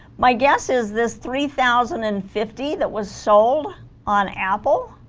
my guess is this three thousand and fifty that was sold on apple